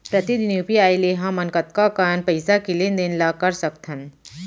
प्रतिदन यू.पी.आई ले हमन कतका कन पइसा के लेन देन ल कर सकथन?